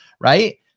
right